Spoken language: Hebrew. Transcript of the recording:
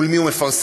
מול מי הוא מפרסם,